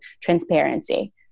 transparency